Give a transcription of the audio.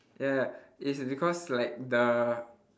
yeah it's because like the